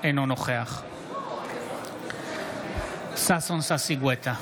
אינו נוכח ששון ששי גואטה,